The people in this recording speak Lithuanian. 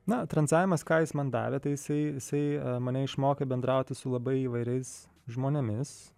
na tranzavimas ką jis man davė tai jisai jisai mane išmokė bendrauti su labai įvairiais žmonėmis